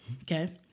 Okay